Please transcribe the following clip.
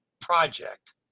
project